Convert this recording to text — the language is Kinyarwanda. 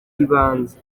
y’ibanze